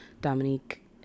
dominique